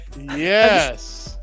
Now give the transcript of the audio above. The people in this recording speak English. yes